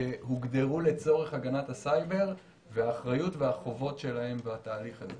שהוגדרו לצורך הגנת הסייבר והאחריות והחובות שלהם בתהליך הזה.